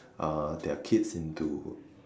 uh their kids into